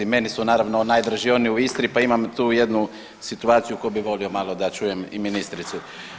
Meni su naravno najdraži oni u Istri, pa imam tu jednu situaciju koju bih volio malo da čujem i ministricu.